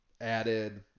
added